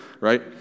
right